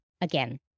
again